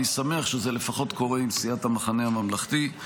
אני שמח שזה לפחות קורה עם סיעת המחנה הממלכתי,